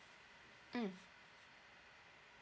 mm